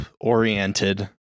oriented